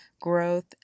growth